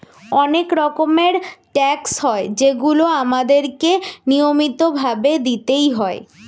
অনেক রকমের ট্যাক্স হয় যেগুলো আমাদের কে নিয়মিত ভাবে দিতেই হয়